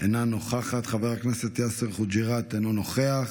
אינה נוכחת, חבר הכנסת יאסר חוג'יראת, אינו נוכח,